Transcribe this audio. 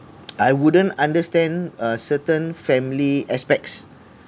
I wouldn't understand uh certain family aspects